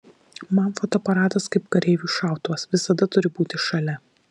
man fotoaparatas kaip kareiviui šautuvas visada turi būti šalia